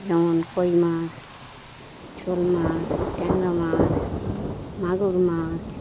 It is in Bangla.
যেমন কই মাছ শোল মাছ ট্যাংরা মাছ মাগুর মাছ